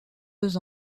deux